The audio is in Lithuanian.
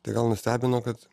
tai gal nustebino kad